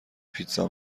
پیتزا